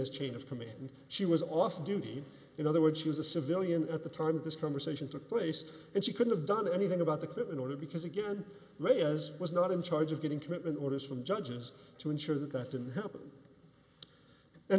as chain of command she was off duty in other words she was a civilian at the time of this conversation took place and she could have done anything about the clinton order because again they as was not in charge of getting commitment orders from judges to ensure that that didn't happen and